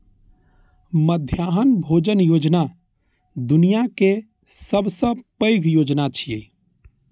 मध्याह्न भोजन योजना दुनिया के सबसं पैघ योजना छियै